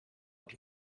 het